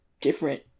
different